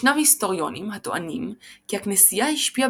ישנם היסטוריונים הטוענים כי הכנסייה השפיעה